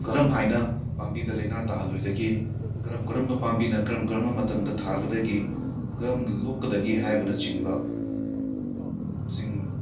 ꯀꯔꯝ ꯍꯥꯏꯅ ꯄꯥꯝꯕꯤꯗ ꯂꯩꯅ ꯇꯥꯍꯜꯂꯣꯏꯗꯒꯦ ꯀꯔꯝ ꯀꯔꯝꯕ ꯄꯥꯝꯕꯤꯅ ꯀꯔꯝ ꯀꯔꯝꯕ ꯃꯇꯝꯗ ꯊꯥꯒꯗꯒꯦ ꯀꯔꯝꯅ ꯂꯣꯛꯀꯗꯒꯦ ꯍꯥꯏꯕꯅꯆꯤꯡꯕ ꯁꯤꯡ